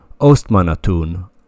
Ostmanatun